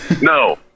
no